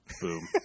Boom